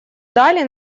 дали